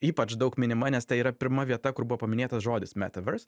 ypač daug minima nes tai yra pirma vieta kur buvo paminėtas žodis metavers